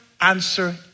answer